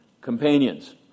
companions